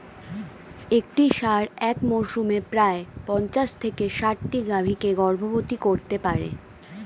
একটি ষাঁড় এক মরসুমে প্রায় পঞ্চাশ থেকে ষাটটি গাভী কে গর্ভবতী করতে পারে